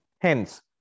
Hence